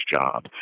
job